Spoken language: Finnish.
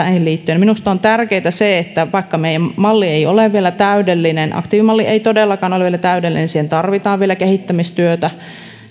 liittyen minusta on tärkeätä se että vaikka meidän mallimme ei ole vielä täydellinen aktiivimalli ei todellakaan ole vielä täydellinen siihen tarvitaan vielä kehittämistyötä